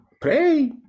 pray